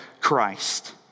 Christ